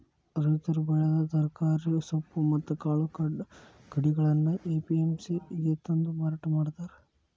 ರೈತರು ಬೆಳೆದ ತರಕಾರಿ, ಸೊಪ್ಪು ಮತ್ತ್ ಕಾಳು ಕಡಿಗಳನ್ನ ಎ.ಪಿ.ಎಂ.ಸಿ ಗೆ ತಂದು ಮಾರಾಟ ಮಾಡ್ತಾರ